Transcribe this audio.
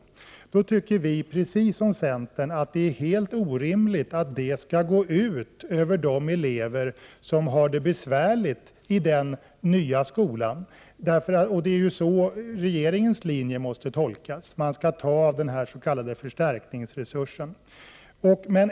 Folkpartiet tycker, precis som centern, att det är helt orimligt att det skall gå ut över de elever som har det besvärligt i den nya skolan. Det är så regeringens linje måste tolkas, dvs. att man skall ta av förstärkningsresursen.